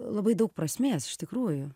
labai daug prasmės iš tikrųjų